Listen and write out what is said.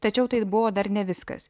tačiau tai buvo dar ne viskas